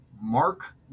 mark